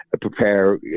prepare